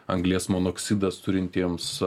anglies monoksidas turintiems